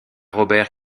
robert